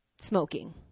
smoking